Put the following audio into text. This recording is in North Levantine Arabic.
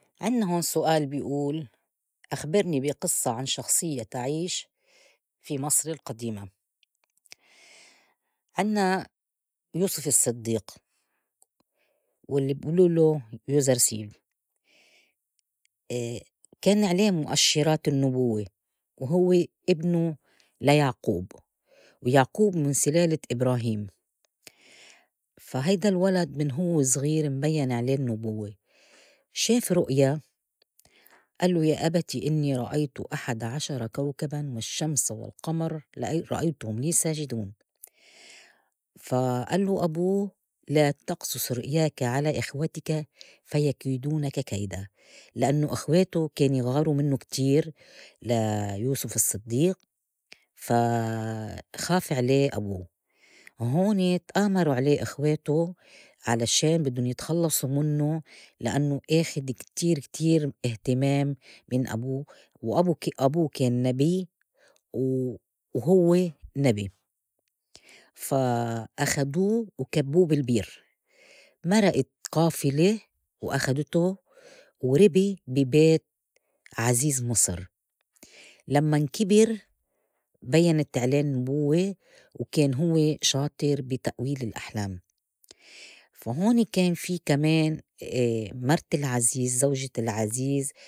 عنّا هون سؤال بي قول أخبرني بي قصّة عن شخصيّة تعيش في مصر القديمة، عنّا يوسُف الصدّيق والي بئولولو يوزر سيف، كان عليه مؤشّرات النبوّة وهوّ ابنه ليعقوب ويعقوب من سُلالة إبراهيم فا هيدا الولد من هوّ وصغير مبيّن عليه النبوّة، شاف رؤية قالو يا أبتي إنّي رأيتُ أحدى عشرة كوكباً والشّمس والقمر لرأيتهُم لي ساجدون، فا ألّو أبوه لا تقصُص رؤياك على إخوتك فا يكايدونك كيدا لأنوا أخواته كان يغاروا منّو كتير ليوسُف الصدّيق فا خاف عليه أبوه وهون تآمروا عليه إخواته على شان بدّن يتخلّصوا منّو لأنوا آخد كتير كتير اهتمام من أبوه، وأبو- ك- أبو كان نبيّ و وهوّ نبي فا أخدو وكبّو بالبير مرئت قافلة وأخدتو وربي بي بيت عزيز مصر، لمّن كِبر بيّنت عليه النبوّة وكان هو شاطر بتأويل الأحلام فا هوني كان فيه كمان مرْت العزيز زوجة العزيز.